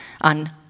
on